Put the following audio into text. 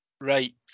Right